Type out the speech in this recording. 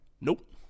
Nope